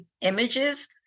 images